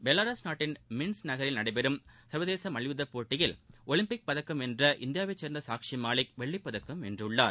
பெவாரஸ் நாட்டின் மின்ஸ்க் நகரில் நடைபெறும் ன்வதேச மல்யுத்தப் போட்டியில் ஒலிம்பிக் பதக்கம் வென்ற இந்தியாவை சேர்ந்த சாக்ஷி மாலிக் வெள்ளிப்பதக்கம் வென்றுள்ளார்